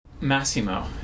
Massimo